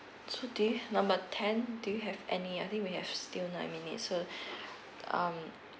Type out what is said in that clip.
so do you number ten do you have any I think we have still nine minutes so um